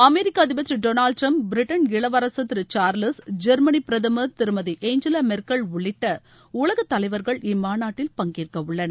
அமெரிக்கஅதிபர் திருடொனால்டுடிரம்ப் பிரிட்டன் இளவரசர் திருசார்லஸ் ஜெர்மனிபிரதமர் திருமதி ஏஞ்சலாமெர்கல் உள்ளிட்டஉலகதலைவர்கள் இம்மாநாட்டில் பங்கேற்கஉள்ளனர்